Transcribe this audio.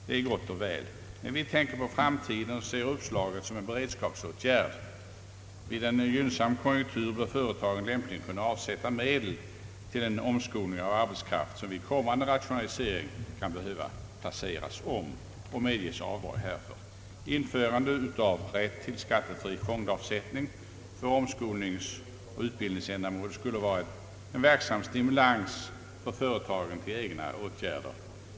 Det är gott och väl. Men vi tänker på framtiden och ser detta som en beredskapsåtgärd. I en gynnsam konjunktur bör företagen lämpligen kunna avsätta medel till den omskolning av arbetskraft som vid kommande rationalisering kan behöva omplaceras samt medges avdrag härför. Införande av rätt till skattefri fondavsättning för omskolningsoch utbildningsändamål skulle vara en verksam stimulans för företagen till egna åtgärder.